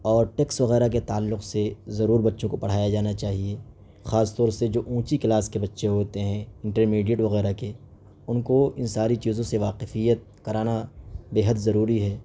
اور ٹیکس وغیرہ کے تعلق سے ضرور بچّوں کو پڑھایا جانا چاہیے خاص طور سے جو اونچی کلاس کے بّچے ہوتے ہیں انٹر میڈیٹ وغیرہ کے ان کو ان ساری چیزوں سے واقفیت کرانا بے حد ضروری ہے